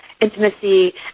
intimacy